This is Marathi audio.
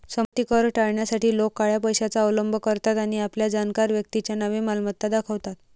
संपत्ती कर टाळण्यासाठी लोक काळ्या पैशाचा अवलंब करतात आणि आपल्या जाणकार व्यक्तीच्या नावे मालमत्ता दाखवतात